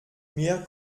mir